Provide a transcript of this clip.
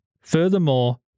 Furthermore